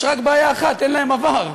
יש רק בעיה אחת: אין להם עבר.